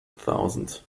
thousand